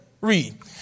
Read